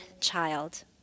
child